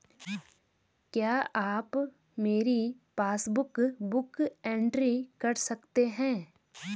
क्या आप मेरी पासबुक बुक एंट्री कर सकते हैं?